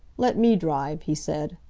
let me drive, he said.